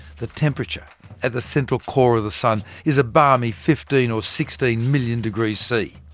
the temperature at the central core of the sun is a balmy fifteen or sixteen million degrees c.